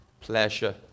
pleasure